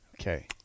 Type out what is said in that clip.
Okay